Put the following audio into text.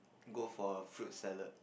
go for a fruit salad